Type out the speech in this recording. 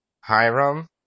Hiram